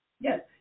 Yes